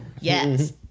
Yes